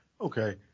Okay